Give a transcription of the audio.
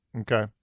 Okay